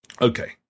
Okay